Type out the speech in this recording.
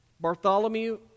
Bartholomew